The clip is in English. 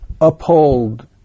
uphold